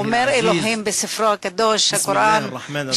אומר אלוהים בספרו הקדוש הקוראן,